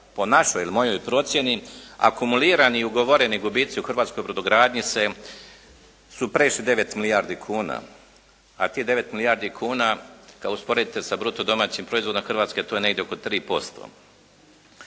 po našoj ili po mojoj procjeni akumulirani i ugovoreni gubici u hrvatskoj brodogradnji su prešli 9 milijardi kuna, a ti 9 milijardi kuna kada usporedite sa bruto domaćim proizvodom, u Hrvatskoj je to negdje oko 3%.